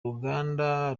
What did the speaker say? ruganda